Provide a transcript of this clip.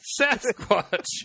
Sasquatch